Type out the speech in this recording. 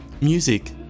Music